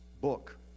book